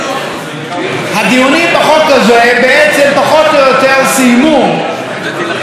הדיונים בחוק הזה בעצם פחות או יותר סיימו את הכנס האחרון,